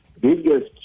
biggest